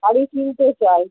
শাড়ি কিনতে চাই